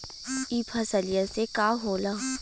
ई फसलिया से का होला?